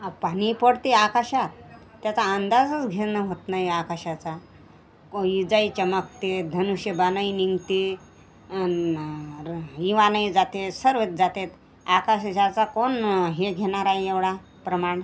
पाणी पडते आकाशात त्याचा अंदाजच घेणं होत नाही आकाशाचा कोण विजाही चमकते धनुष्यबाणही निघते आणि र विमानंही जातात सर्व जातात आकाशाच्या कोण हे घेणार आहे एवढा प्रमाण